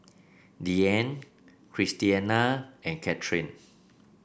Deanne Christiana and Cathryn